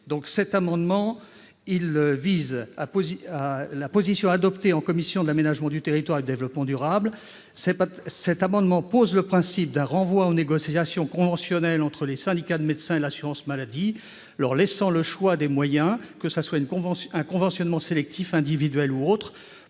En lien avec la position adoptée en commission de l'aménagement du territoire et du développement durable, cet amendement tend à poser le principe d'un renvoi aux négociations conventionnelles entre les syndicats de médecins et l'assurance maladie, leur laissant le choix des moyens, que ce soit un conventionnement sélectif, individuel ou autre,